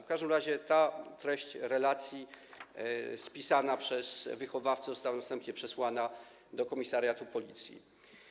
W każdym razie ta treść relacji spisana przez wychowawcę została następnie przesłana do komisariatu Policji.